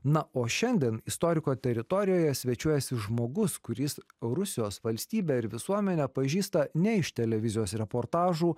na o šiandien istoriko teritorijoje svečiuojasi žmogus kuris rusijos valstybę ir visuomenę pažįsta ne iš televizijos reportažų